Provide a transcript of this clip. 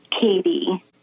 Katie